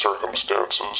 circumstances